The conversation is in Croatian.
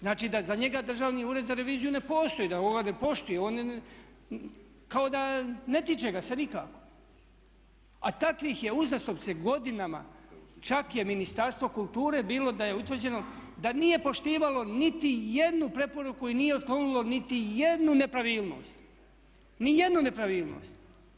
Znači da za njega Državni ured za reviziju ne postoji, on ga ne poštuje, kao da ne tiče ga se nikako, a takvih je uzastopce godinama, čak je Ministarstvo kulture bilo da je utvrđeno da nije poštivalo niti jednu preporuku i nije otklonilo niti jednu nepravilnost, ni jednu nepravilnost.